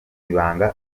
ibanga